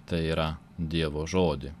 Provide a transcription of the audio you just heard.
tai yra dievo žodį